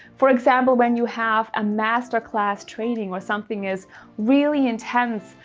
for example, when you have a master class training or something is really intense,